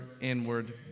inward